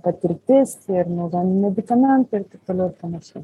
patirtis ir naudojami medikamentai ir taip toliau ir panašiai